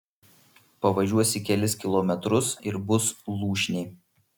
pavažiuosi kelis kilometrus ir bus lūšnė